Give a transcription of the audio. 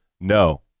No